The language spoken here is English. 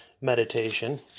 meditation